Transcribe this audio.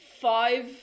five